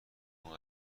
اون